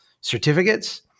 certificates